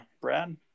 Brad